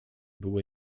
było